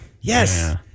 Yes